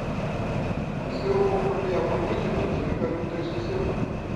visi jau buvo pradėję manyti jog zuika rimtai susirgo